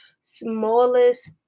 smallest